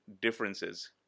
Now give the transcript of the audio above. differences